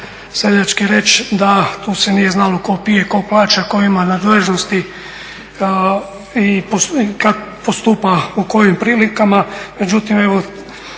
seljački reći da tu se nije znalo tko pije, tko plaća, tko ima nadležnosti kad postupa u kojim prilikama.